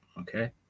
Okay